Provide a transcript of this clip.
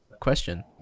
question